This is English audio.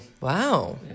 wow